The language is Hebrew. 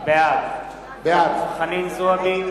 בעד חנין זועבי,